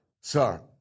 Sir